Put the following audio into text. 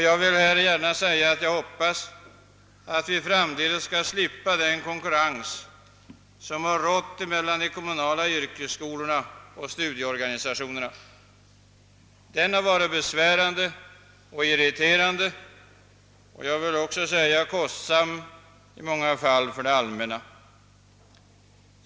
Jag hoppas att vi framdeles skall slippa den konkurrens som rått mellan de kommunala yrkesskolorna och studieorganisationerna. Den har varit besvärande och irriterande och därtill kostsam i många fall för det allmänna.